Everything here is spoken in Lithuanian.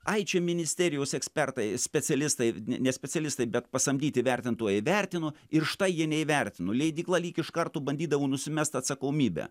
ai čia ministerijos ekspertai specialistai ne specialistai bet pasamdyti vertintojai vertino ir štai jie neįvertino leidykla lyg iš karto bandydavo nusimest atsakomybę